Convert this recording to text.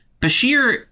Bashir